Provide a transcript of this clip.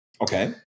Okay